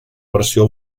versió